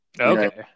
Okay